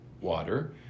water